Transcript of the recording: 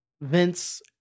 Vince